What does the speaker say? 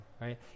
right